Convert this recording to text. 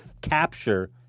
capture